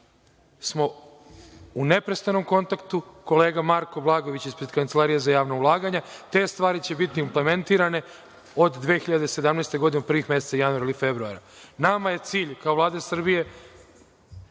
smo u neprestanom kontaktu, kolega Marko Blagojević ispred Kancelarije za javna ulaganja. Te stvari će biti implementirane od 2017. godine, od januara ili februara. Nama je cilj, kao Vlade Srbije,